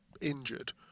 injured